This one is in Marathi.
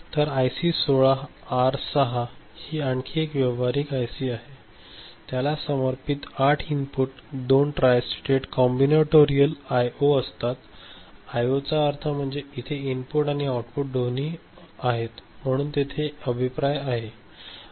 तर आयसी 16 आर 6 ही आणखी एक व्यावहारिक आयसी आहे त्याला 8 समर्पित input 2 tristated combinatorial I O असतात आय ओ याचा अर्थ म्हणजे इथे इनपुट आणि आउटपुट दोन्ही आहेत म्हणून तेथे एक अभिप्राय आहे